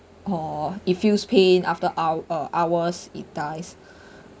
or it feels pain after hou~ uh hours it dies